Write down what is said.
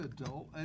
adult